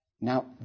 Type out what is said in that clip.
Now